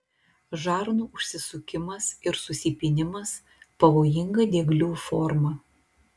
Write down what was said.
žarnų užsisukimas ir susipynimas pavojinga dieglių forma